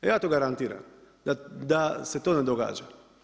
Ja to garantiram da se to ne događa.